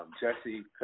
Jesse